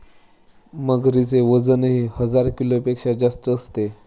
मगरीचे वजनही हजार किलोपेक्षा जास्त असते